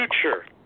future